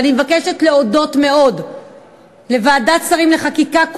אני מבקשת להודות מאוד לוועדת שרים לחקיקה,